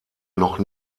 noch